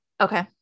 Okay